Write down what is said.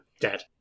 dead